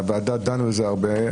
הוועדה דנה בזה הרבה.